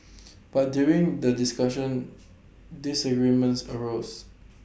but during the discussions disagreements arose